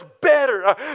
better